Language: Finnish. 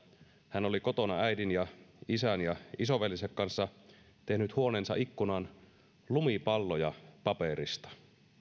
hän oli kotona äidin isän ja isoveljensä kanssa tehnyt huoneensa ikkunaan lumipalloja paperista